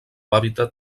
hàbitat